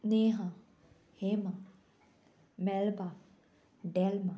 नेहा हेमा मेलबा डॅलमा